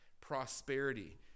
prosperity